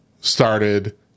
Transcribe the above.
started